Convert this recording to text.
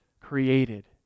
created